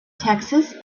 texas